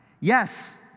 Yes